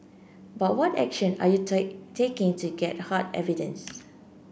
but what action are you taking to get hard evidence